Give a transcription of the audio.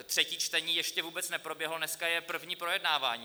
Třetí čtení ještě vůbec neproběhlo, dnes je první projednávání.